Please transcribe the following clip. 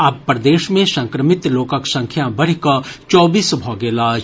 आब प्रदेश मे संक्रमित लोकक संख्या बढ़ि कऽ चौबीस भऽ गेल अछि